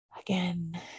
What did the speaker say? Again